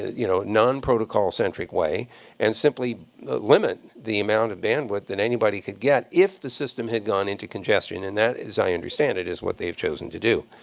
you know, nonprotocol-centric way and simply limit the amount of bandwidth that and anybody could get if the system had gone into congestion. and that, as i understand it, is what they have chosen to do.